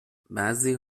بعضی